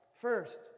First